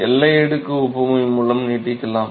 எல்லை அடுக்கு ஒப்புமை மூலம் நீட்டிக்கலாம்